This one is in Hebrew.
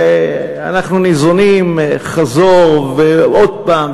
ואנחנו ניזונים חזור ועוד פעם,